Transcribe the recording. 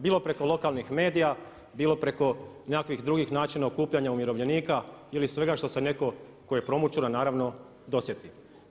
Bilo preko lokalnih medija, bilo preko nekakvih drugih načina okupljanja umirovljenika ili svega što se netko tko je promoćuran naravno dosjeti.